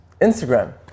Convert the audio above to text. Instagram